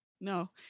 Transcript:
No